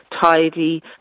tidy